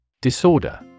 Disorder